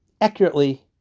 accurately